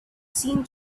seen